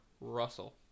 Russell